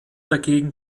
dagegen